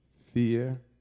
fear